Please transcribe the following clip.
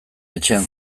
etxean